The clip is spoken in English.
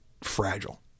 fragile